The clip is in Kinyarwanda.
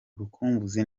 urukumbuzi